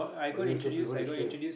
but you also prefer to stay